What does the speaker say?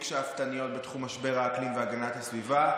שאפתניות בתחום משבר האקלים והגנת הסביבה,